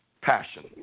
passion